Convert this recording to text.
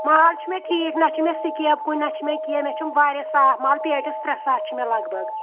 مال چھُ مےٚ ٹھیٖک نہ چھُ مےٚ سِکیب کُنہِ نہ چھِ مےٚ کینٛہہ نہ چھُم واریاہ صاف مال پیٹٮ۪س ترٛےٚ ساس چھِ مےٚ لگ بگ